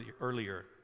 earlier